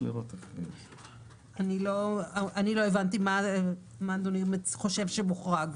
אני לא הבנתי מה אדוני חושב שמוחרג.